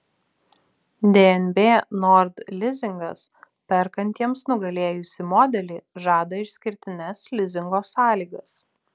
dnb nord lizingas perkantiems nugalėjusį modelį žada išskirtines lizingo sąlygas